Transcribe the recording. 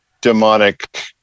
demonic